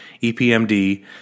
EPMD